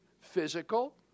physical